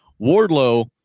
Wardlow